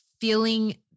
feeling